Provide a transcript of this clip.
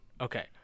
Okay